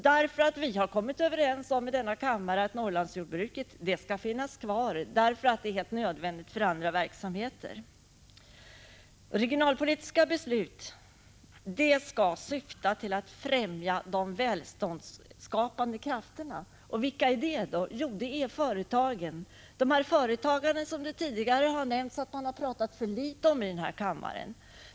Vi har i denna kammare kommit överens om att Norrlandsjordbruket skall finnas kvar därför att det är helt nödvändigt för andra verksamheter. Regionalpolitiska beslut skall syfta till att främja de välståndsskapande krafterna. Och vilka är de? Jo, det är företagen. Det är de företag som det har talats för litet om i denna kammare.